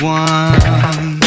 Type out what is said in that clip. one